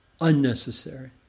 unnecessary